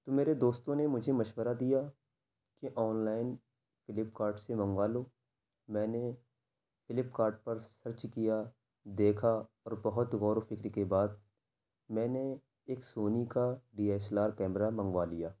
تو میرے دوستوں نے مجھے مشورہ دیا کہ آن لائن فلیپ کارٹ سے منگوا لو میں نے فلیپ کارٹ پر سرچ کیا دیکھا اور بہت غور و فکر کے بعد میں نے ایک سونی کا D S L R camera منگوا لیا